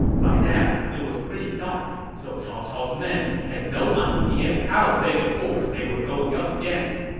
by now, it was pretty dark, so cao cao's men had no idea how big a force they were going up against.